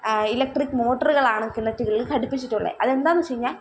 electric മോട്ടറുകളാണ് കിണറുകളിൽ ഘടിപ്പിച്ചിട്ടുള്ളത് അതെന്താണെന്നു വെച്ചു കഴിഞ്ഞാൽ